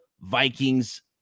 Vikings